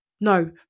no